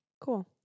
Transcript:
Cool